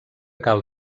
cal